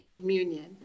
Communion